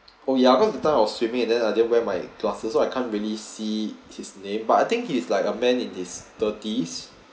oh yeah about the time I was swimming and then I didn't wear my glasses so I can't really see his name but I think he is like a man in his thirties